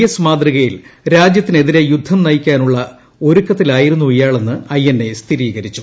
S മാതൃകയിൽ രാജ്യത്തിനെതിരെ യുദ്ധം നയിക്കാനുള്ള ഒരുക്കത്തിലായിരുന്നു ഇയാളെന്ന് എൻഐഎ സ്ഥിരീകരിച്ചു